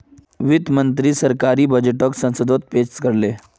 वित्त मंत्री सरकारी बजटोक संसदोत पेश कर ले